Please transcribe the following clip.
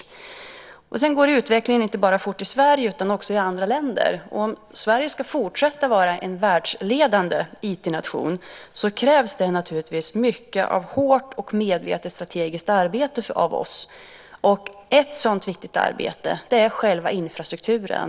Utvecklingen går fort inte bara i Sverige utan också i andra länder. Om Sverige ska fortsätta att vara en världsledande IT-nation krävs det naturligtvis mycket av hårt och medvetet strategiskt arbete av oss. Ett sådan viktigt arbete är själva infrastrukturen.